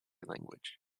language